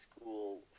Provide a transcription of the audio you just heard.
school